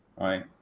Right